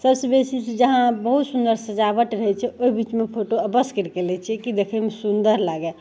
सबसे बेसी कि जहाँ बहुत सुन्दर सजावट रहै छै ओहि बीचमे फोटो अबस्स करिके लै छिए कि देखैमे सुन्दर लागै